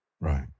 right